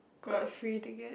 got free ticket